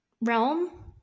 realm